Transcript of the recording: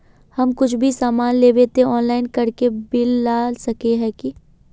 हम कुछ भी सामान लेबे ते ऑनलाइन करके बिल ला सके है की?